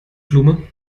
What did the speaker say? blume